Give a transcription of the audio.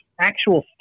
actual